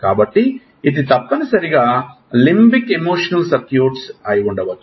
కాబట్టి ఇది తప్పనిసరిగా లింబిక్ ఎమోషనల్ సర్క్యూట్ అయివుండొచ్చు